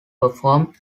perform